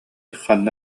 ханна